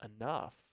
enough